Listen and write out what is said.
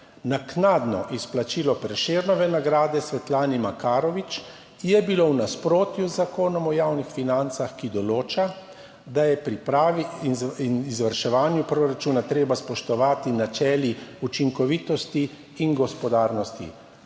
Naknadno izplačilo Prešernove nagrade Svetlane Makarovič je bilo v nasprotju z Zakonom o javnih financah, ki določa, da je pripravi in izvrševanju proračuna treba spoštovati načeli učinkovitosti in gospodarnosti."